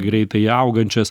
greitai augančias